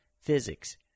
physics